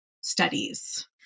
studies